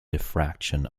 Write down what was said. diffraction